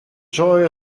joy